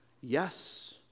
Yes